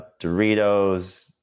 Doritos